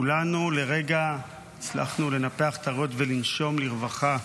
כולנו לרגע הצלחנו לנפח את הריאות ולנשום לרווחה.